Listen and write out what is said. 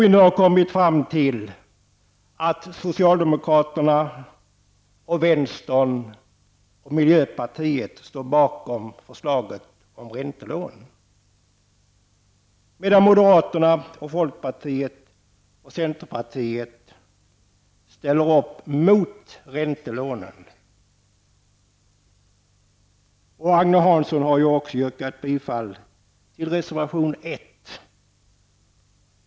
Vi har nu kommit fram till att socialdemokraterna, vänsterpartiet och miljöpartiet står bakom förslaget om räntelån, medan moderaterna, folkpartiet och centerpartiet går emot räntelånen. Agne Hansson har också yrkat bifall till reservation 1.